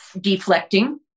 deflecting